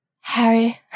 Harry